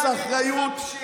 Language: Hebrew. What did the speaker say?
לא מעניינת אותך הפשיעה.